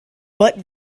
but